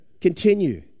continue